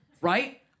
Right